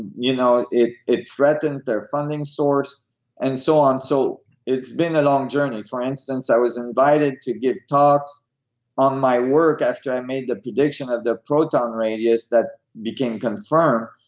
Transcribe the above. you know it it threatens their funding source and so on. so it's been a long journey. for instance, i was invited to give talk on my work after i made the prediction of the proton radius that became confirm.